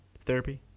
therapy